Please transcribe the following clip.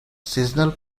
seasonal